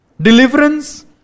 deliverance